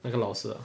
那个老师 ah